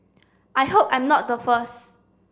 I hope I'm not the first